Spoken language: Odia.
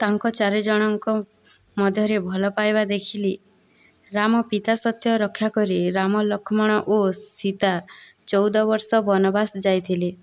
ତାଙ୍କ ଚାରିଜଣଙ୍କ ମଧ୍ୟରେ ଭଲ ପାଇବା ଦେଖିଲି ରାମ ପିତାସତ୍ୟ ରକ୍ଷାକରି ରାମ ଲକ୍ଷ୍ମଣ ଓ ସୀତା ଚଉଦ ବର୍ଷ ବନବାସ ଯାଇଥିଲେ